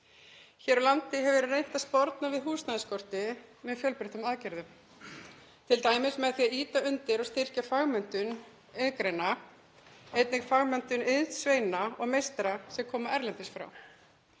Hér á landi hefur verið reynt að sporna við húsnæðisskorti með fjölbreyttum aðgerðum, t.d. með því að ýta undir og styrkja fagmenntun iðngreina, einnig fagmenntun iðnsveina og -meistara sem koma erlendis frá.